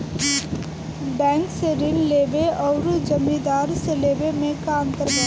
Bank से ऋण लेवे अउर जमींदार से लेवे मे का अंतर बा?